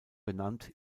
benannt